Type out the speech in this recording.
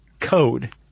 code